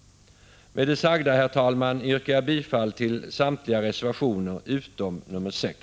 Med det sagda, herr talman, yrkar jag bifall till samtliga reservationer utom nr 6.